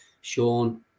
Sean